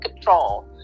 control